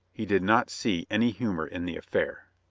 he did not see any humor in the affair.